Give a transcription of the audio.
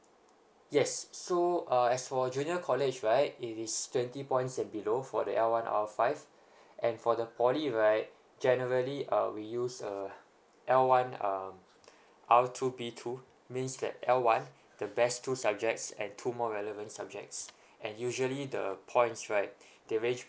yes so err as for junior college right it is twenty points and below for the L one R five and for the poly right generally err we use uh L one um R two B two means that L one the best two subjects and two more relevant subjects and usually the points right they range